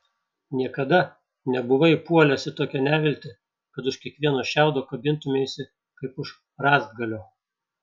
niekada nebuvai puolęs į tokią neviltį kad už kiekvieno šiaudo kabintumeisi kaip už rąstgalio